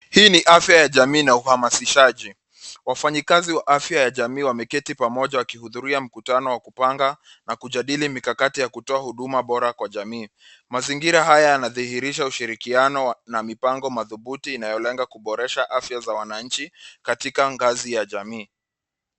Hii ni afya ya jamii na uhamasishaji .Wafanyikazi wa afya ya jamii wameketi pamoja wakihudhuria mkutano wa kupanga na kujadili mikakati ya kuota huduma bora kwa jamii. Mazingira haya yanadhihirisha ushirikiano na mipango madhubuti inayolenga kuboresha afya za wananchi katika ngazi ya jamii.